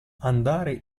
andare